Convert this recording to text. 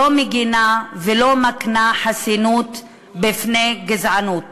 לא מגן ולא מקנה חסינות בפני גזענות.